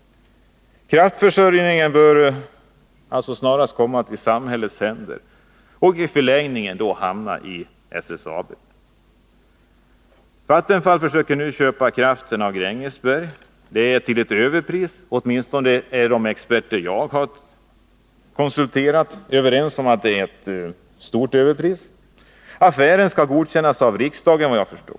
Kraftförsörjningen bör alltså snart komma i samhällets händer och i förlängningen hamna i SSAB. Vattenfall försöker nu köpa kraft av Grängesberg. Det sker till överpris. Åtminstone är de experter jag har konsulterat överens om att det är ett kraftigt överpris. Affären skall godkännas av riksdagen enligt vad jag förstår.